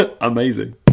amazing